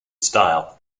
style